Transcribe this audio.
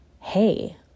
Hey